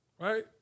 right